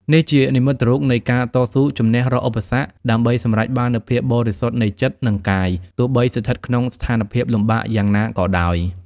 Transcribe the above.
នេះជានិមិត្តរូបនៃការតស៊ូជំនះរាល់ឧបសគ្គដើម្បីសម្រេចបាននូវភាពបរិសុទ្ធនៃចិត្ត និងកាយ ទោះបីស្ថិតក្នុងស្ថានភាពលំបាកយ៉ាងណាក៏ដោយ។